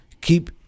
Keep